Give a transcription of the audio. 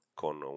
con